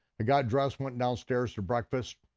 i got dressed, went downstairs to breakfast,